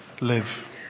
live